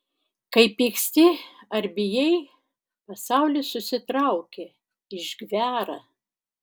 kai pyksti ar bijai pasaulis susitraukia išgvęra